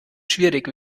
schwierig